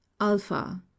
alpha